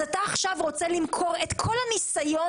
אז אתה עכשיו רוצה למכור את כל הניסיון